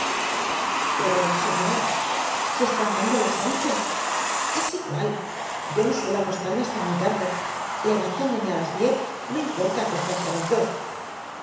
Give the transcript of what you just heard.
pero señor si están dando las once es igual yo no suelo acostarme hasta muy tarde levantándome a las diez no importa acostarse a las dos